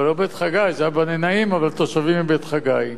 זה היה בני-נעים, אבל התושבים מבית-חגי.